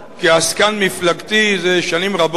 כעסקן מפלגתי זה שנים רבות.